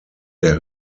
der